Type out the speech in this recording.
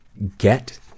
get